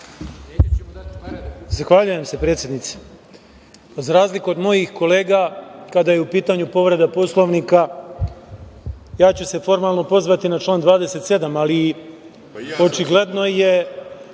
Zahvaljujem se, predsednice.Za razliku od mojih kolega, kada je u pitanju povreda Poslovnika, ja ću se formalno pozvani na član 27, ali očigledno je